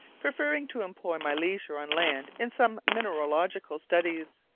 preferring to employ my leisure on land in some mineralogical studies.